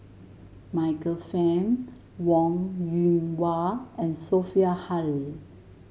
Michael Fam Wong Yoon Wah and Sophia Hull